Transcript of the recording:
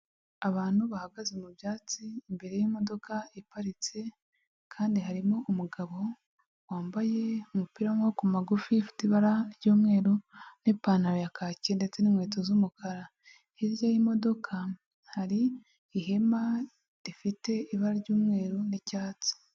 Abantu bahagaze mu byatsi imbere y'imodoka iparitse kandi harimo umugabo wambaye umupira w'amaboko magufi, ufite ibara ry'umweru n'ipantaro ya kaki ndetse n'inkweto z'umukara, hirya y'imodoka hari ihema rifite ibara ry'umweru n'icyatsi.